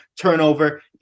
turnover